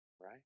right